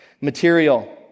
material